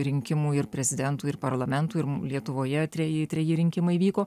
rinkimų ir prezidentų ir parlamentų ir lietuvoje treji treji rinkimai vyko